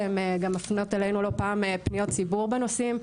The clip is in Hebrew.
שהן מפנות אלינו לא פעם פניות ציבור בנושאים.